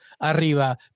Arriba